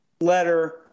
letter